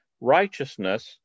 righteousness